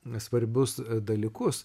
nesvarbius dalykus